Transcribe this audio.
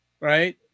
right